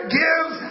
gives